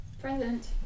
Present